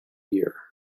year